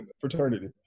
fraternity